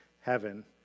heaven